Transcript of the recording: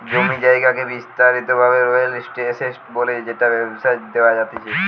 জমি জায়গাকে বিস্তারিত ভাবে রিয়েল এস্টেট বলে যেটা ব্যবসায় দেওয়া জাতিচে